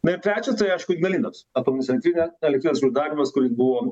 na ir trečias tai aišku ignalinos atominės elektrinė elektrinės uždarymas kuris buvo